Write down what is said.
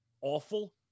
awful